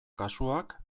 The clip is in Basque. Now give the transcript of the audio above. kasuak